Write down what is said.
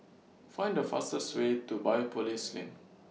Find The fastest Way to Biopolis LINK